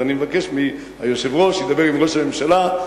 אז אני מבקש מהיושב-ראש שידבר עם ראש הממשלה,